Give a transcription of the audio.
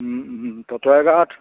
ততৈয়াগাঁৱত